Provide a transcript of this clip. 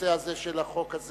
הנושא של החוק הזה